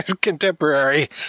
Contemporary